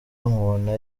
mubona